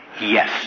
Yes